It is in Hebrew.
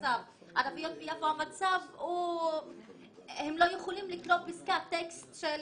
ערביות ביפו לא יכולות לקלוט פסקה, טקסט של